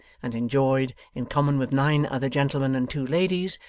and enjoyed, in common with nine other gentlemen, and two ladies,